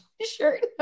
shirt